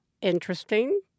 Interesting